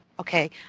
Okay